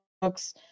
books